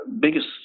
biggest